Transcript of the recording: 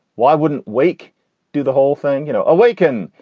why wouldn't wake do the whole thing, you know, awaken?